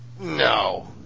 No